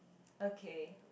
okay